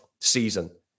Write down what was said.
season